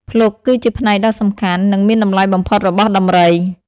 ភ្លុកគឺជាផ្នែកដ៏សំខាន់ និងមានតម្លៃបំផុតរបស់ដំរី។